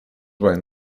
when